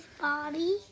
body